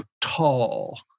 tall